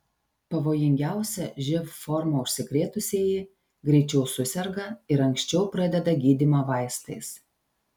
pavojingiausia živ forma užsikrėtusieji greičiau suserga ir anksčiau pradeda gydymą vaistais